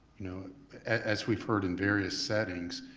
you know as we've heard in various settings,